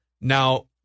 Now